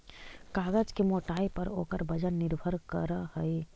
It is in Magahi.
कागज के मोटाई पर ओकर वजन निर्भर करऽ हई